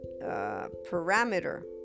parameter